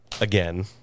again